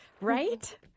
Right